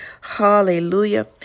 Hallelujah